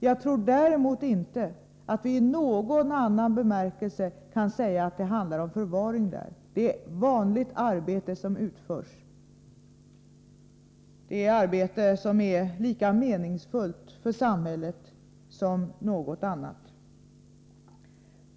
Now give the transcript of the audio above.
Jag tror däremot inte att vi i någon annan bemärkelse kan säga att det handlar om förvaring. Där utförs vanligt arbete, arbete som är lika meningsfullt för samhället som något annat.